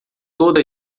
toda